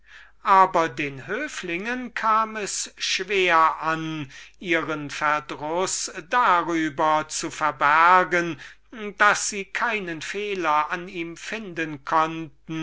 aber die höflinge hatten mühe ihren verdruß darüber zu verbergen daß sie keinen fehler finden konnten